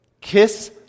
kiss